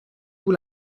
vous